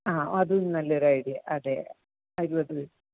ആ അതും നല്ലൊരു ഐഡിയ അതെ ആയിക്കോട്ടെ മിസ്